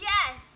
Yes